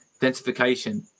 densification